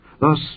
Thus